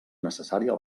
necessària